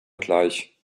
gleich